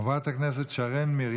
חברת הכנסת שרן מרים